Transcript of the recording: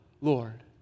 Lord